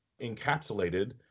encapsulated